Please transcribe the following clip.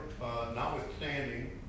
notwithstanding